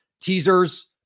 teasers